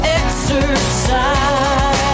exercise